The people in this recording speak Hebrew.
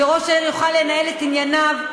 שראש העיר יוכל לנהל את ענייניו,